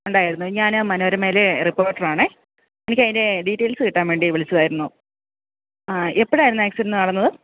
ഉണ്ടായിരുന്നു ഞാൻ മനോരമയിലെ റിപ്പോർട്ടറാണേ എനിക്കു അതിന്റെ ഡീറ്റെയിൽസ് കിട്ടാൻ വേണ്ടി വിളിച്ചതായിരുന്നു ആ എപ്പോഴായിരുന്നു ആക്സിഡന്റ് നടന്നത്